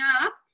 up